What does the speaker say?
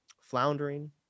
floundering